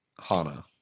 Hana